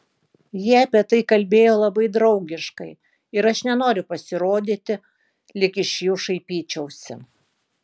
jie apie tai kalbėjo labai draugiškai ir aš nenoriu pasirodyti lyg iš jų šaipyčiausi